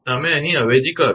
તમે અહીં અવેજી કરો